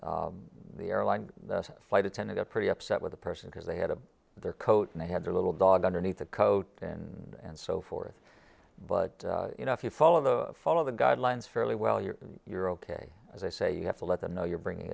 and the airline flight attendant a pretty upset with the person because they had a their coat and they had their little dog underneath a coat and so forth but you know if you follow the follow the guidelines fairly well you're you're ok as i say you have to let them know you're bringing